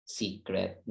secret